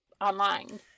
online